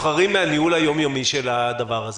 מהניהול היום יומי של הדבר הזה.